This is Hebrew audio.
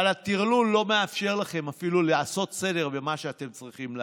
אבל הטרלול לא מאפשר לכם אפילו לעשות סדר במה שאתם צריכים לעשות.